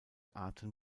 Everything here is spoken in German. arten